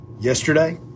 yesterday